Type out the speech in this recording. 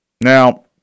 Now